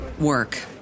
work